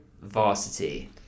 Varsity